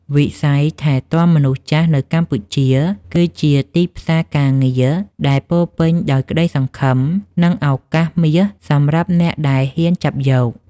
វិស័យថែទាំមនុស្សចាស់នៅកម្ពុជា គឺជាទីផ្សារការងារដែលពោរពេញដោយក្តីសង្ឃឹម និងឱកាសមាសសម្រាប់អ្នកដែលហ៊ានចាប់យក។